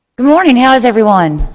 morning, how is everyone?